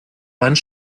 wand